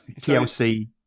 tlc